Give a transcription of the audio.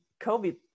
COVID